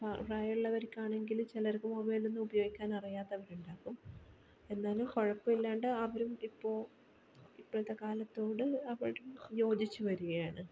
പ്രായമുള്ളവർക്കാണെങ്കിൽ ചിലർക്ക് മൊബൈലൊന്നും ഉപയോഗിക്കാൻ അറിയാത്തവരുണ്ടാകും എന്നാലും കുഴപ്പമില്ലാണ്ട് അവരും ഇപ്പോൾ ഇപ്പോഴത്തെ കാലത്തോട് അവരും യോജിച്ചുവരുകയാണ്